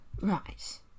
Right